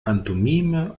pantomime